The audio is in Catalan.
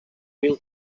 mil